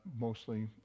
mostly